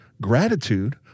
gratitude